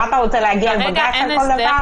מה אתה רוצה, להגיע לבג"ץ על כל דבר?